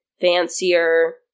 fancier